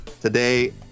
today